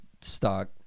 stock